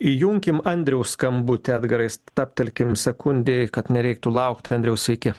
įjunkim andriaus skambutį edgarai stabtelkim sekundei kad nereiktų laukt andriau sveiki